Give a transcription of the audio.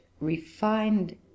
refined